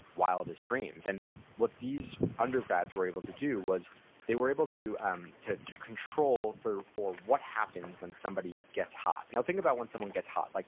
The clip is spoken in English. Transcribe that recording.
wildest dreams. and what these undergrads were able to do was they were able to um to control for for what happens when somebody gets hot now, think about when someone gets hot. like